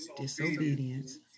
disobedience